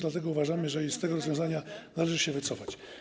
Dlatego uważamy, że z tego rozwiązania należy się wycofać.